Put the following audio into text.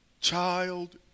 child